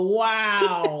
wow